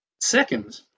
Second